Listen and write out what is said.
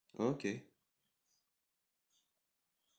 okay